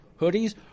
hoodies